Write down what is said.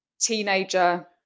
teenager